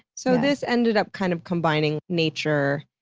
so, this ended up kind of combining nature,